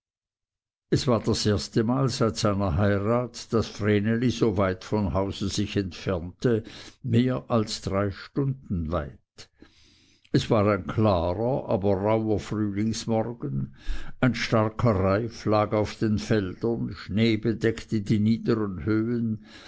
es war das erstemal seit seiner heirat daß vreneli so weit von hause sich entfernte mehr als drei stunden weit es war ein klarer aber rauher frühlingsmorgen ein starker reif lag auf den feldern schnee bedeckte die niederen höhen